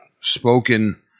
spoken